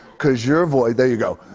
cause your voice there you go.